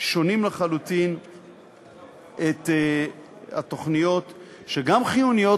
שונים לחלוטין את התוכניות שהן גם חיוניות